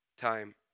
Time